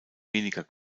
weniger